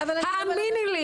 האמיני לי,